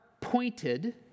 Pointed